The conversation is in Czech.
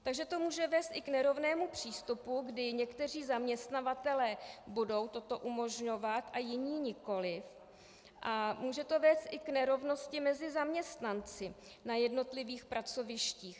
Takže to může vést i k nerovnému přístupu, kdy někteří zaměstnavatelé budou toto umožňovat a jiní nikoliv, a může to vést i k nerovnosti mezi zaměstnanci na jednotlivých pracovištích.